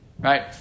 Right